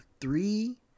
three